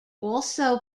also